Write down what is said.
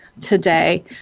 today